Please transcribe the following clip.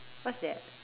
what's that